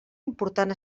important